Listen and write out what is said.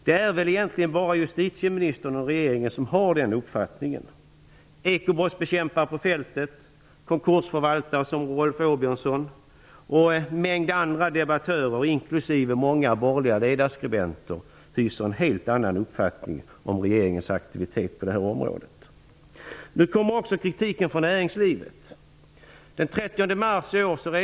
Det är egentligen bara justitieministern och regeringen som har den uppfattningen. Ekobrottsbekämpare på fältet, konkursförvaltare som Rolf Åbjörnsson och en mängd debattörer, inklusive många borgerliga ledarskribenter, hyser en helt annan uppfattning om regeringens aktivitet på området. Nu kommer också kritiken från näringslivet.